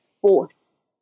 force